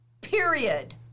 period